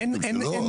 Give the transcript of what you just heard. לא,